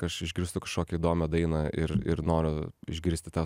aš išgirstu kažkokią įdomią dainą ir ir noriu išgirsti tą